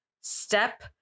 step